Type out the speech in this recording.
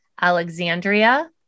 Alexandria